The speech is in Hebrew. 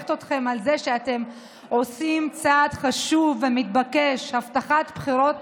מברכת אתכם על זה שאתם עושים צעד חשוב ומתבקש: הבטחת בחירות